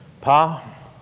Pa